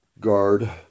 guard